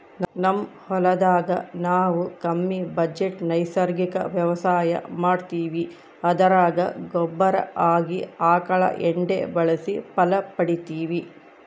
ನಮ್ ಹೊಲದಾಗ ನಾವು ಕಮ್ಮಿ ಬಜೆಟ್ ನೈಸರ್ಗಿಕ ವ್ಯವಸಾಯ ಮಾಡ್ತೀವಿ ಅದರಾಗ ಗೊಬ್ಬರ ಆಗಿ ಆಕಳ ಎಂಡೆ ಬಳಸಿ ಫಲ ಪಡಿತಿವಿ